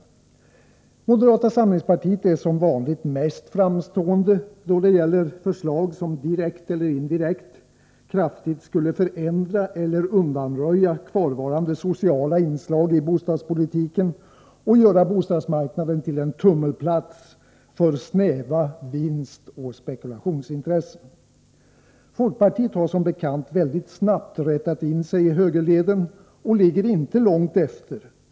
Moderata samlingspartiet är som vanligt mest framstående då det gäller förslag som direkt eller indirekt kraftigt skulle förändra eller undanröja kvarvarande sociala inslag i bostadspolitiken och göra bostadsmarknaden till en tummelplats för snäva vinstoch spekulationsintressen. Folkpartiet har som bekant mycket snabbt rättat in sig i högerleden och ligger inte långt efter.